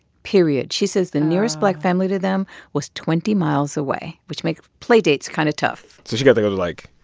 period. she says the nearest black family to them was twenty miles away, which make play dates kind of tough so she got to go to, like,